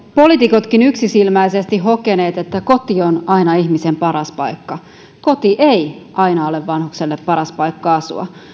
poliitikotkin olemme yksisilmäisesti hokeneet että koti on aina ihmisen paras paikka koti ei aina ole vanhukselle paras paikka asua